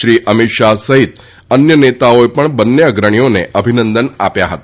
શ્રી અમિત શાહ સહિત અન્ય નેતાઓએ પણ બંને અગ્રણીઓને અભિનંદન આપ્યા હતા